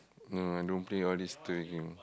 no I don't play all this game